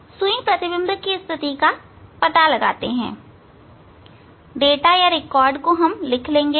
सुई प्रतिबिंब की स्थिति का पता लगाएंगे डाटा को रिकॉर्ड या लिख लेंगे